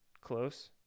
close